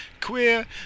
Queer